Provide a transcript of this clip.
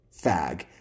fag